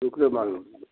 देखले भालो